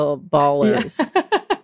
Ballers